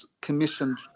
commissioned